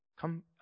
come